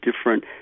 different